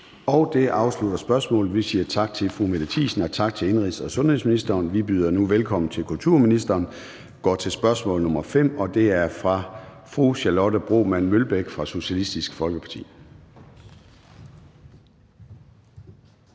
Det afslutter spørgsmålet. Vi siger tak til fru Mette Thiesen og tak til indenrigs- og sundhedsministeren. Vi byder nu velkommen til kulturministeren og går til spørgsmål nr. 5, og det er fra fru Charlotte Broman Mølbæk fra Socialistisk Folkeparti.